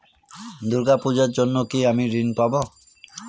দূর্গা পূজার জন্য কি আমি ঋণ পাবো?